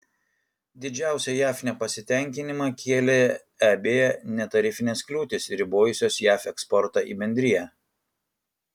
didžiausią jav nepasitenkinimą kėlė eb netarifinės kliūtys ribojusios jav eksportą į bendriją